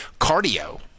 cardio